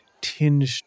tinged